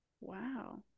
Wow